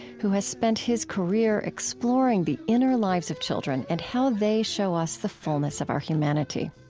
who has spent his career exploring the inner lives of children and how they show us the fullness of our humanity.